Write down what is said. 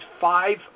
five